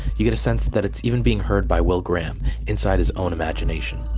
you get a sense that it's even being heard by will graham inside his own imagination